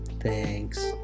Thanks